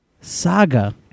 Saga